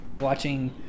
watching